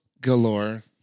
galore